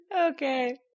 Okay